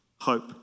hope